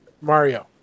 Mario